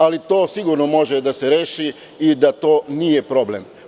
Ali, to sigurno može da se reši i da to nije problem.